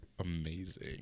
amazing